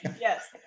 Yes